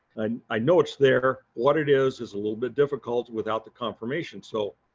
and i know it's there. what it is, is a little bit difficult without the confirmation. so